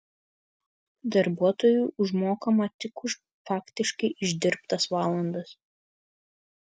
darbuotojui užmokama tik už faktiškai išdirbtas valandas